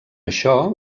això